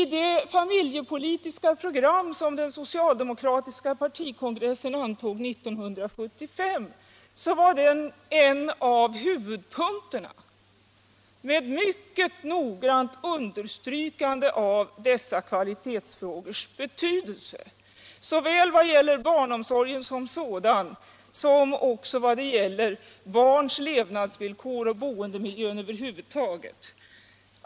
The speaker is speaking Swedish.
I det familjepolitiska program som den socialdemokratiska partikongressen antog 1975 var barnomsorgen en av huvudpunkterna med mycket noggrant understrykande av dessa kvalitetsfrågors betydelse vad gäller såväl barnomsorgen som sådan som barns levnadsvillkor och boendemiljön över huvud taget.